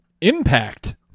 Impact